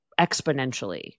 exponentially